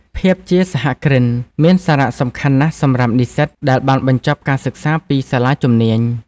ភាពជាសហគ្រិន មានសារៈសំខាន់ណាស់សម្រាប់និស្សិតដែលបានបញ្ចប់ការសិក្សាពីសាលាជំនាញ។